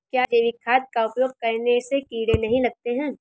क्या जैविक खाद का उपयोग करने से कीड़े नहीं लगते हैं?